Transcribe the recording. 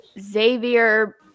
xavier